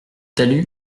talus